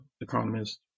economist